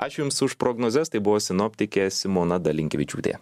ačiū jums už prognozes tai buvo sinoptikė simona dalinkevičiūtė